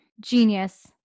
Genius